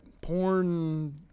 porn